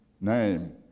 name